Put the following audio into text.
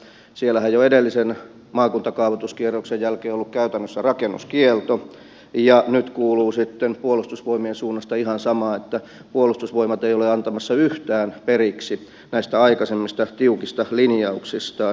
siellähän jo edellisen maakuntakaavoituskierroksen jälkeen on ollut käytännössä rakennuskielto ja nyt kuuluu sitten puolustusvoimien suunnasta ihan samaa että puolustusvoimat ei ole antamassa yhtään periksi näistä aikaisemmista tiukista linjauksistaan